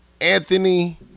anthony